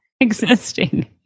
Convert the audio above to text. Existing